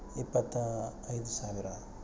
ಇಪ್ಪತ್ತ ಐದು ಸಾವಿರ